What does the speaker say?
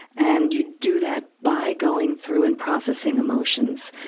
and you do that by going through and processing emotions.